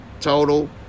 total